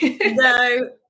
No